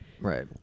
Right